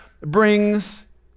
brings